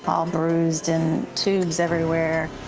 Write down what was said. all bruised, and tubes everywhere.